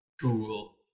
Cool